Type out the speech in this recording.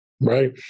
right